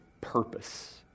purpose